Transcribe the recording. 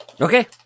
Okay